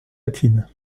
latine